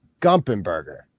Gumpenberger